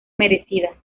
merecida